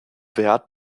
wert